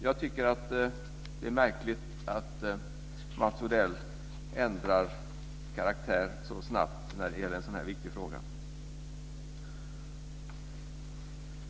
Jag tycker att det är märkligt att Mats Odell ändrar karaktär så snabbt när det gäller en så här viktig fråga.